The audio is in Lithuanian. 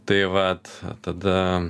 tai vat tada